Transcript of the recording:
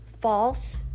false